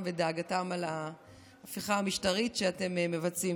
ואת דאגתם על ההפיכה המשטרית שאתם מבצעים.